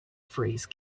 phrase